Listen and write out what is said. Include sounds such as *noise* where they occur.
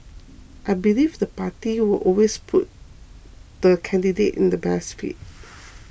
I believe the party will always put the candidate in the best fit *noise*